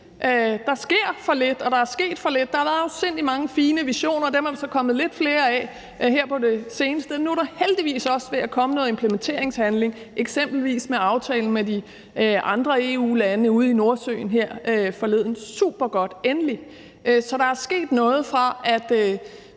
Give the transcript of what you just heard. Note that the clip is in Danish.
Der sker for lidt, og der er sket for lidt. Der har været afsindig mange fine visioner, og dem er der så kommet lidt flere af her på det seneste. Men nu er der heldigvis også ved at komme noget implementering og handling, eksempelvis med aftalen med de andre EU-lande om Nordsøen her forleden. Det er supergodt – endelig! Så der er sket noget, fra vi